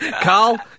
Carl